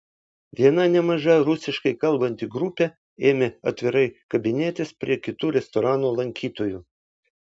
viena nemaža rusiškai kalbanti grupė ėmė atvirai kabinėtis prie kitų restorano lankytojų